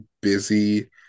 busy